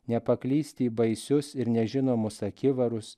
nepaklyst į baisius ir nežinomus akivarus